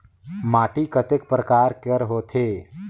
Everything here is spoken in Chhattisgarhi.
माटी कतेक परकार कर होथे?